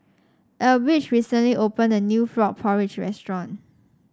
Elbridge recently opened a new Frog Porridge restaurant